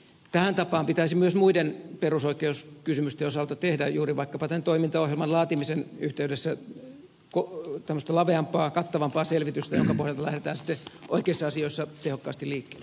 tähän tapaan pitäisi myös muiden perusoikeuskysymysten osalta tehdä juuri vaikkapa tämän toimintaohjelman laatimisen yhteydessä tämmöistä laveampaa kattavampaa selvitystä jonka pohjalta lähdetään sitten oikeissa asioissa tehokkaasti liikkeelle